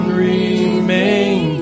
remain